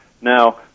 Now